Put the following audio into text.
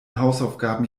hausaufgaben